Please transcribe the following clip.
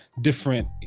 different